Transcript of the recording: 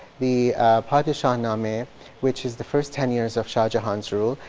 the padishahnameh which is the first ten years of shah jahan's rule,